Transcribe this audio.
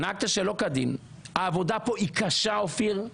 נהגת שלא כדין, העבודה פה היא קשה אופיר,